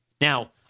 Now